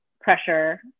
pressure